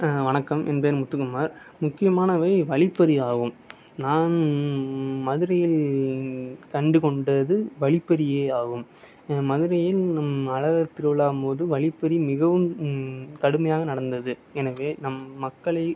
வணக்கம் என் பேர் முத்துக்குமார் முக்கியமானவை வழிப்பறி ஆகும் நாம் மதுரையில் கண்டுகொண்டது வழிப்பறியே ஆகும் மதுரையில் அழகர் திருவிழாம்பொது வழிப்பறி மிகவும் கடுமையாக நடந்தது எனவே நம் மக்களை